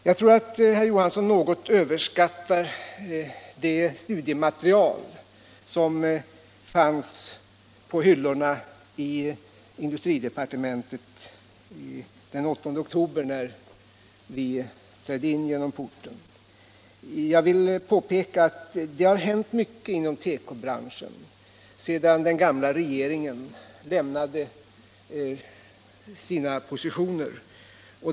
Jag tror att herr Johansson något överskattar det studiematerial som fanns på hyllorna i industridepartementet den 8 oktober när vi trädde in genom porten. Jag vill påpeka att det har hänt mycket inom tekobranschen sedan den gamla regeringen lämnade sina positioner.